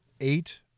eight